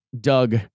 Doug